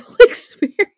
experience